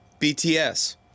BTS